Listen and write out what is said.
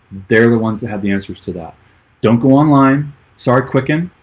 they're the ones that have the answers to that don't go online sorry quicken.